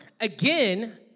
again